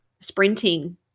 sprinting